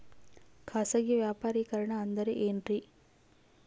ಖಾಸಗಿ ವ್ಯಾಪಾರಿಕರಣ ಅಂದರೆ ಏನ್ರಿ?